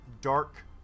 dark